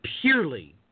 purely